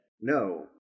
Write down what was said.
No